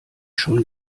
schon